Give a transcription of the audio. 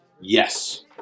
Yes